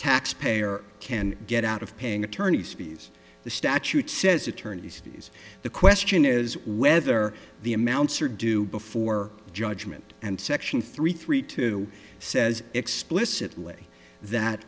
taxpayer can get out of paying attorney's fees the statute says attorney's fees the question is whether the amounts are due before the judgment and section three three two says explicitly that